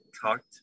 talked